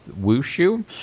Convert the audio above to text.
wushu